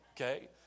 Okay